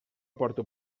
porto